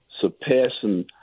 surpassing